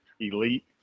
elite